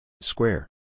Square